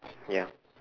ya